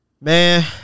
Man